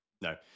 no